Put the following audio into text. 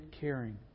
caring